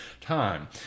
Time